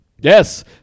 Yes